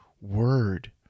word